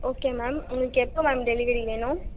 okay ma'am உங்களுக்கு எப்போது ma'am delivery வேணும்